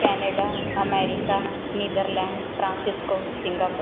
Canada America Netherlands francisco Singapore